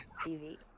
Stevie